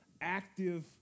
Active